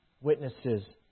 witnesses